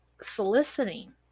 soliciting